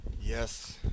Yes